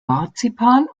marzipan